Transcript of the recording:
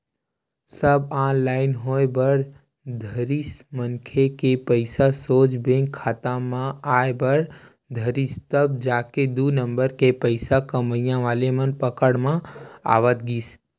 सब online होय बर धरिस मनखे के पइसा सोझ बेंक खाता म आय बर धरिस तब जाके दू नंबर के पइसा कमइया वाले मन पकड़ म आवत गिस